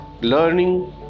learning